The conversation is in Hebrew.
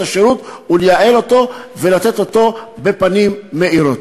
השירות ולייעל אותו ולתת אותו בפנים מאירות.